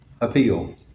appeal